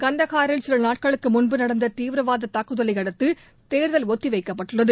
கந்தகாரில் சில நாட்களுக்கு முன்பு நடந்த தீவிரவாத தாக்குதலை அடுத்து தேர்தல் ஒத்திவைக்கப்பட்டுள்ளது